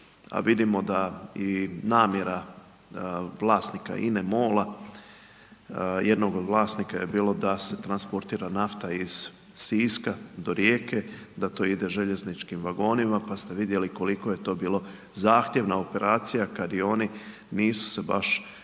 vidimo da i namjera vlasnika INA-e MOL-a, jednog od vlasnika je bilo da se transportira nafta iz Siska do Rijeke, da to ide željezničkim vagonima, pa ste vidjeli koliko je to bilo zahtjevna operacija kad i oni nisu se baš